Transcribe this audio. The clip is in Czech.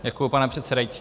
Děkuji, pane předsedající.